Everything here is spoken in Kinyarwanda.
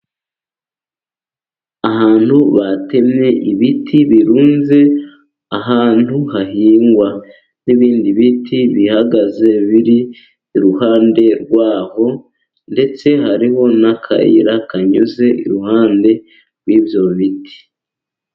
Ahantu batemye ibiti birunze ahantu hahingwa, n'ibindi biti bihagaze biri iruhande rwaho , ndetse hariho n'akayira kanyuze iruhande rw'ibyo biti.